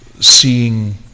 seeing